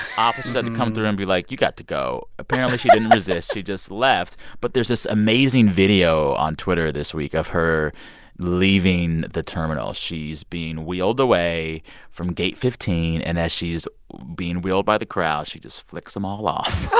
officers had to come through and be, like, you got to go. apparently. she didn't resist. she just left. but there's this amazing video on twitter this week of her leaving the terminal. she's being wheeled away from gate fifteen. and as she's being wheeled by the crowd, she just flicks them all off